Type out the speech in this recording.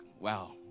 wow